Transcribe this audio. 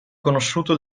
conosciuto